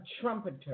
trumpeter